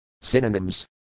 Synonyms